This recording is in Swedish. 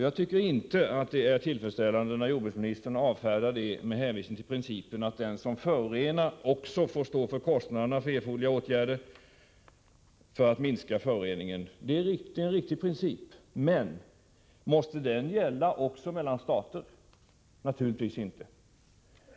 Jag tycker inte det är tillfredsställande när jordbruksministern avfärdar det förslaget med hänvisning till principen att den som förorenar också får stå för kostnaderna för erforderliga åtgärder för att minska föroreningen. Det är en riktig princip, men skall den också gälla mellan stater? Naturligtvis inte.